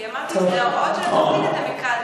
אמרתי שאתם מקלים